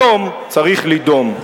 היום צריך לדוֹם.